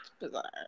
bizarre